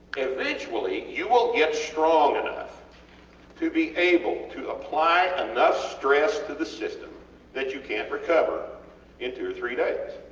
eventually you will get strong enough to be able to apply enough stress to the system that you cant recover in two or three days.